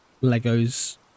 lego's